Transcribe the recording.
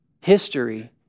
history